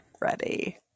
ready